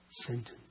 sentence